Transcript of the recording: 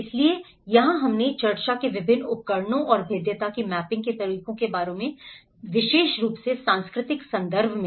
इसलिए यहां हमने चर्चा की विभिन्न उपकरणों और भेद्यता की मैपिंग के तरीकों के बारे में विशेष रूप से सांस्कृतिक संदर्भ में